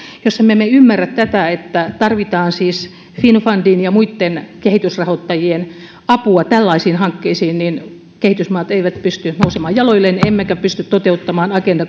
jos emme me ymmärrä tätä että tarvitaan finnfundin ja muitten kehitysrahoittajien apua tällaisiin hankkeisiin niin kehitysmaat eivät pysty nousemaan jaloilleen emmekä pysty toteuttamaan agenda